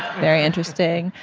very interesting.